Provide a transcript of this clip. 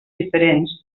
diferents